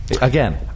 Again